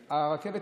הרכבת.